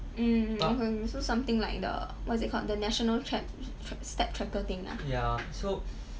mm so something like the what is it called the national track step tracker thing ah